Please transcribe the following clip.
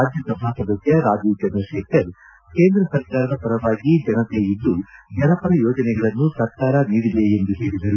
ರಾಜ್ಯಸಭಾ ಸದಸ್ಯ ರಾಜೀವ್ ಚಂದ್ರಶೇಖರ್ ಕೇಂದ್ರ ಸರ್ಕಾರದ ಪರವಾಗಿ ಜನತೆ ಇದ್ದು ಜನಪರ ಯೋಜನೆಗಳನ್ನು ಸರ್ಕಾರ ನೀಡಿದೆ ಎಂದು ಹೇಳಿದರು